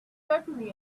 certainly